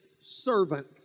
servant